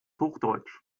hochdeutsch